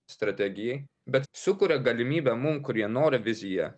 strategijai bet sukuria galimybę mum kurie nori viziją